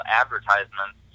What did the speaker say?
advertisements